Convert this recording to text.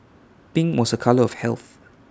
pink was A colour of health